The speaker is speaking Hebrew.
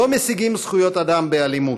לא משיגים זכויות אדם באלימות.